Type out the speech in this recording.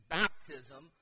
baptism